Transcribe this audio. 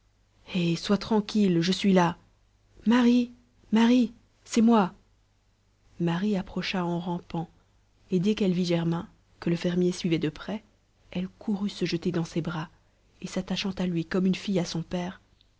eh sois tranquille je suis là marie marie c'est moi marie approcha en rampant et dès qu'elle vit germain que le fermier suivait de près elle courut se jeter dans ses bras et s'attachant à lui comme une fille à son père